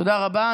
תודה רבה.